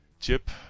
Chip